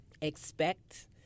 expect